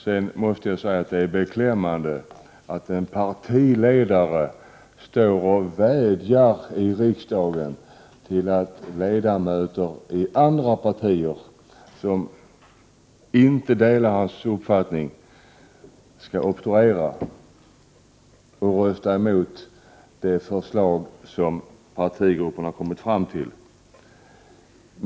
Men jag måste säga att det är beklämmande att en partiledare vädjar i riksdagen om att ledamöter i andra partier, som inte delar hans uppfattning, skall obstruera och rösta emot det förslag som partigrupperna har förordat.